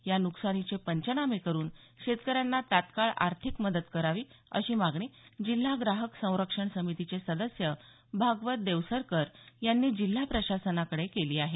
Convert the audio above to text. या नुकसानीचे पंचनामे करून शेतकऱ्यांना तात्काळ आर्थिक मदत करावी अशी मागणी जिल्हा ग्राहक संरक्षण समितीचे सदस्य भागवत देवसरकर यांनी जिल्हा प्रशासनाकडे केली आहे